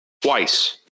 Twice